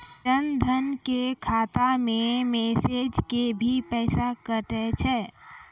जन धन के खाता मैं मैसेज के भी पैसा कतो छ?